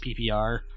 PPR